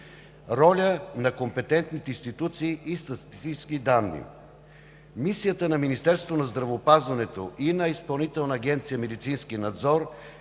Роля на компетентните институции и статистически данни. Мисията на Министерството на здравеопазването и на Изпълнителна агенция „Медицински надзор“ е